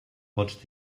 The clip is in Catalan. pots